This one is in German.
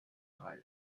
reif